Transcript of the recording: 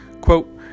quote